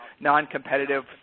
non-competitive